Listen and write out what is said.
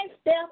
step